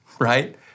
right